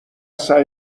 سعی